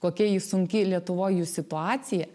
kokia ji sunki lietuvoj jų situacija